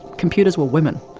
computers were women!